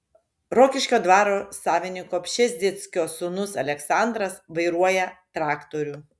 rokiškio dvaro savininko pšezdzieckio sūnus aleksandras vairuoja traktorių